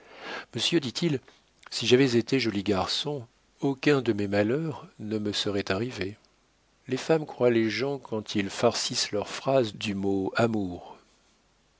monsieur dit-il si j'avais été joli garçon aucun de mes malheurs ne me serait arrivé les femmes croient les gens quand ils farcissent leurs phrases du mot amour